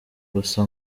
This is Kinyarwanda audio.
gusa